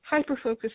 hyperfocus